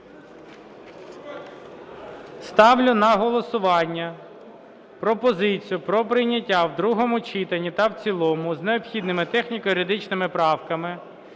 Ставлю на голосування пропозицію про прийняття в другому читанні та в цілому з необхідними техніко-юридичними правками